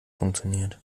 funktioniert